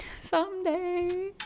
Someday